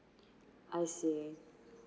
I see